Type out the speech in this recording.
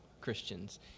Christians